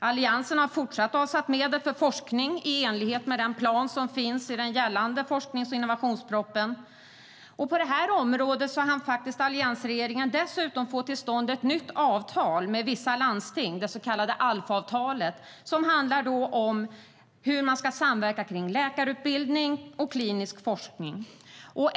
Alliansen har fortsatt avsatt medel för forskning i enlighet med den plan som finns i den gällande forsknings och innovationspropositionen. På detta område hann alliansregeringen dessutom få till stånd ett nytt avtal med vissa landsting, det så kallade ALF-avtalet. Det handlar om hur man ska samverka om läkarutbildning och klinisk forskning.